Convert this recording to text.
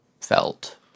felt